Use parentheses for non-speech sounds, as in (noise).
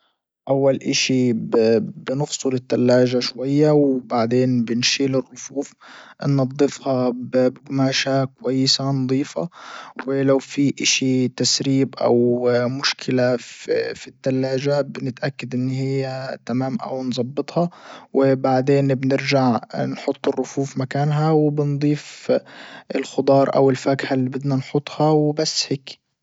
اول اشي بنفصل التلاجة شوية وبعدين بنشيل الرفوف ننضفها بجماشة كويسة نضيفة ولو في اشي تسريب او مشكلة في (hesitation) التلاجة بنتأكد ان هي تمام او نزبطها وبعدين بنرجع نحط الرفوف مكانها وبنضيف الخضار او الفاكهة اللي بدنا نحطها وبس هيكي.